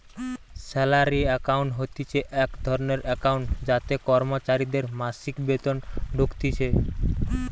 salary account হতিছে এক ধরণের একাউন্ট যাতে কর্মচারীদের মাসিক বেতন ঢুকতিছে